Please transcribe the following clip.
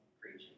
preaching